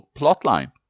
plotline